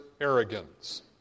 arrogance